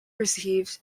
received